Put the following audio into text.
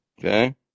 Okay